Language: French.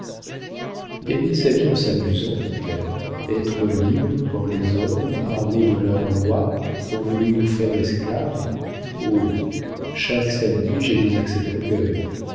gagner sa vie en s'amusant dit-elle être libre quand les hommes armés de leurs lois ont voulu nous faire esclaves oh chaque samedi j'ai des accès d'orgueil